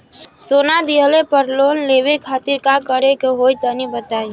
सोना दिहले पर लोन लेवे खातिर का करे क होई तनि बताई?